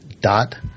dot